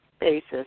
basis